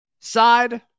side